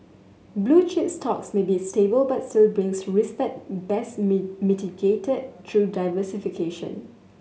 blue chip stocks may be stable but still brings risk that best mitigated through diversification